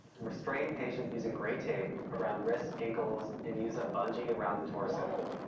restrain patient using gray tape around wrists, ankles, and using a bungee around the torso.